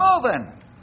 moving